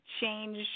change